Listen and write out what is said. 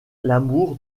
l’amour